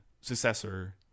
successor